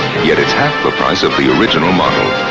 yet it's half the price of the original model.